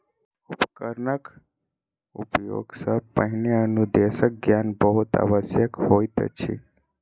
उपकरणक उपयोग सॅ पहिने अनुदेशक ज्ञान बहुत आवश्यक होइत अछि